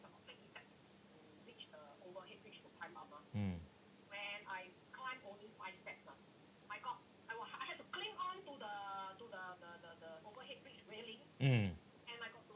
mm mm